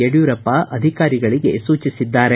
ಯಡಿಯೂರಪ್ಪ ಅಧಿಕಾರಿಗಳಿಗೆ ಸೂಚಿಸಿದ್ದಾರೆ